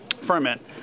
ferment